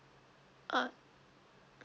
ah